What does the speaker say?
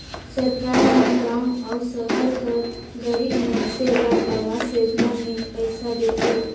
सरकार में गाँव अउ सहर कर गरीब मइनसे ल अवास योजना में पइसा देथे